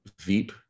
Veep